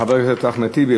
חבר הכנסת אחמד טיבי,